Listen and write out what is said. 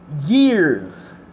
years